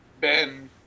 ben